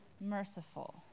merciful